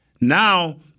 Now –